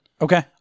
Okay